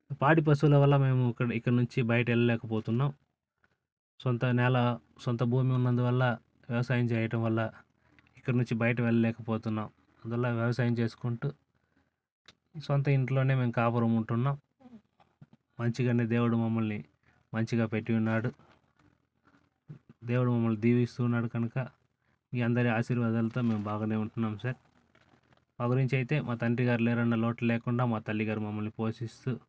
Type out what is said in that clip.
పాడి పశువుల వల్ల మేము ఇక ఇక్కడ నుంచి బయట వెళ్ళలేకపోతున్నాం సొంత నెల సొంత భూమి ఉన్నందువల్ల వ్యవసాయం చేయడం వల్ల ఇక్కడ నుంచి బయట వెళ్ళలేక పోతున్నాం అందువల్ల వ్యవసాయం చేసుకుంటు సొంత ఇంట్లోనే మేము కాపురం ఉంటున్నాం మంచిగానే దేవుడు మమ్మల్ని మంచిగా పెట్టి ఉన్నాడు దేవుడు మిమ్మల్ని దీవిస్తు ఉన్నాడు కనుక మీ అందరి ఆశీర్వాదాలతో మేము బాగానే ఉంటున్నాము సార్ మా గురించి అయితే మా తండ్రిగారు లేరు అన్న లోటు లేకుండా మా తల్లిగారు మమ్మల్ని పోషిస్తు